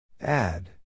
Add